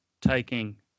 taking